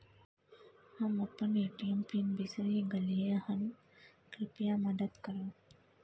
हम अपन ATM pin बिसरि गलियै हन, कृपया मदद करु